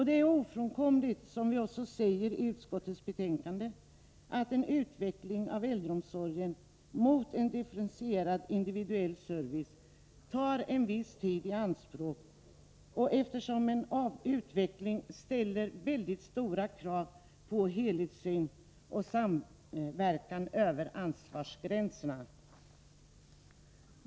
Det är också, som vi säger i utskottets betänkande, ofrånkomligt att en utveckling av äldreomsorgen mot en differentierad, individuell service tar en viss tid i anspråk, eftersom en sådan utveckling ställer stora krav på helhetssyn och samverkan över ansvarsgränserna.